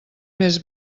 més